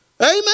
Amen